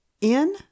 in